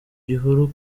gihuru